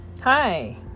Hi